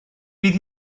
bydd